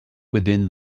within